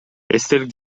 эстелик